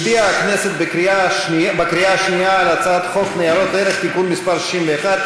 הצביעה הכנסת בקריאה השנייה על הצעת חוק ניירות ערך (תיקון מסי 61),